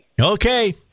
Okay